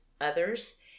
others